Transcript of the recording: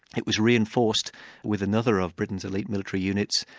it was reinforced with another of britain's elite military units,